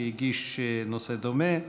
שהגיש נושא דומה.